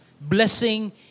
blessing